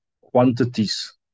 quantities